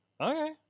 Okay